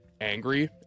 angry